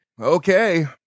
Okay